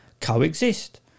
coexist